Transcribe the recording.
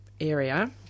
area